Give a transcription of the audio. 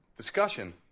Discussion